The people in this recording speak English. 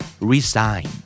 resign